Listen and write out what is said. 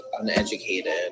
uneducated